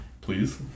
Please